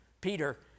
Peter